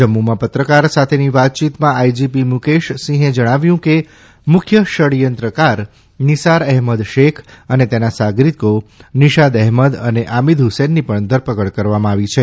જમ્મુમાં પત્રકાર સાથેની વાતયીતમાં આઇજીપી મુકેશસિંહે જણાવ્યું કે મુખ્ય ષડચંત્રકાર નિસાર અહેમદ શેખ અને તેના સાગરિતો નિશાદ અહેમદ અને આમીદ હુસેનની પણ ધરપકડ કરી છે